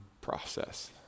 process